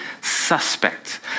suspect